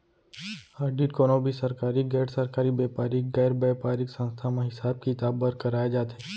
audit कोनो भी सरकारी, गैर सरकारी, बेपारिक, गैर बेपारिक संस्था म हिसाब किताब बर कराए जाथे